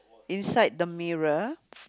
inside the mirror